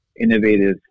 innovative